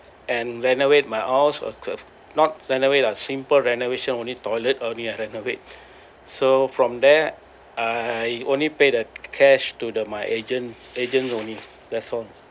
and renovate my all houses not renovate ah simple renovation only toilet only I renovate so from there I only paid the cash to the my agent agent only that's all